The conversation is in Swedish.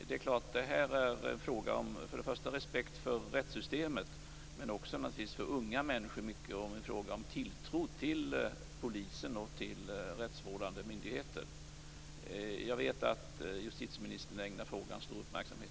Det är klart att detta i första hand är en fråga om respekten för rättssystemet. Men för många människor är det naturligtvis också en fråga om tilltron till polisen och rättsvårdande myndigheter. Jag vet, som sagt, att justitieministern ägnar frågan stor uppmärksamhet.